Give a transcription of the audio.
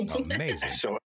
Amazing